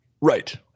Right